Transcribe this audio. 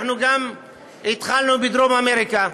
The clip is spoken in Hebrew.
התחלנו גם בדרום אמריקה,